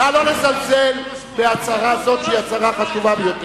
נא לא לזלזל בהצהרה זו, שהיא הצהרה חשובה ביותר.